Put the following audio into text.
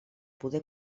poder